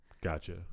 Gotcha